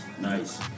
Nice